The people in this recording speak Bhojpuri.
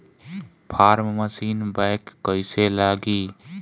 फार्म मशीन बैक कईसे लागी?